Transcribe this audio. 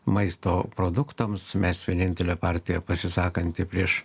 maisto produktams mes vienintelė partija pasisakanti prieš